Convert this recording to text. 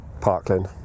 Parkland